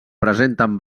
presenten